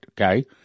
okay